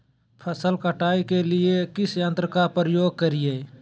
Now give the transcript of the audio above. फसल कटाई के लिए किस यंत्र का प्रयोग करिये?